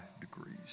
degrees